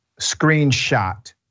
screenshot